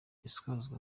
isozwa